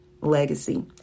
legacy